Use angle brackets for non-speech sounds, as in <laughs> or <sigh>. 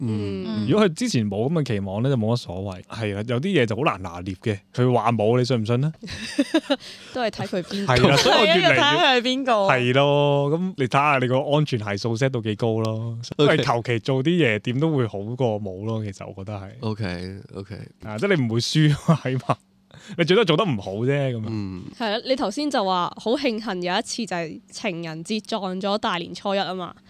嗯。嗯。如果佢之前冇咁嘅期望咧，就冇乜所谓。系啦，有啲嘢就好难拿捏嘅，佢话冇，你信唔信呢？ <laughs> 都系睇佢边 <laughs> 系个。啦，所以系我啊，越要嚟睇越-下佢系边个。系咯，咁你睇下你个安全系数set到几高咯。因为OK。求其做啲嘢，点都会好过冇咯，其实我觉得系。OK，OK。啊，即系你唔会输，起码，你最多做得唔好啫，咁啊。嗯。系啊，你头先就话好庆幸有一次就系情人节撞咗大年初一啊嘛